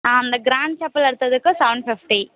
ஆ அந்த க்ராண்ட் செப்பல் எடுத்ததுக்கு seven fifty